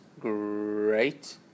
great